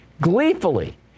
gleefully